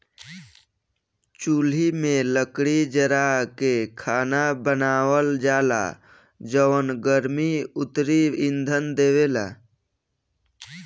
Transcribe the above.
चुल्हि में लकड़ी जारा के खाना बनावल जाला जवन गर्मी अउरी इंधन देवेला